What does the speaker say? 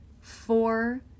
four